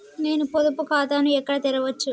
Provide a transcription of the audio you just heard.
నేను పొదుపు ఖాతాను ఎక్కడ తెరవచ్చు?